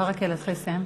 ברכה, להתחיל לסיים.